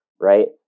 Right